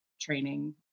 training